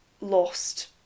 lost